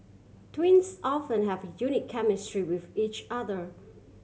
twins often have a unique chemistry with each other